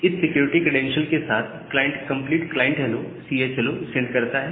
इस security credential के साथ client complete client hello send करता है